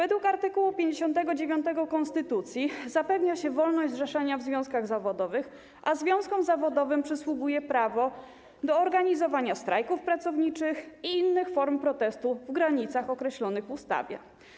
Zgodnie z art. 59 konstytucji zapewnia się wolność zrzeszania w związkach zawodowych, a związkom zawodowym przysługuje prawo do organizowania strajków pracowniczych i innych form protestu w granicach określonych w ustawie.